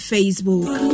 Facebook